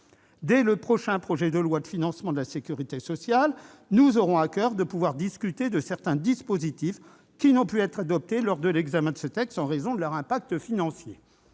Dès le prochain projet de loi de financement de la sécurité sociale, nous aurons à coeur de discuter de certains dispositifs qui n'ont pu être adoptés lors de l'examen de ce texte en raison de leur impact financier.